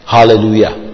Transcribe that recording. Hallelujah